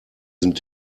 sind